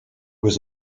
was